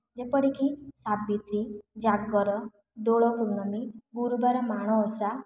ଯେପରିକି ସାବିତ୍ରୀ ଜାଗର ଦୋଳପୂର୍ଣ୍ଣମୀ ଗୁରୁବାର ମାଣଓଷା